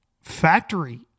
factory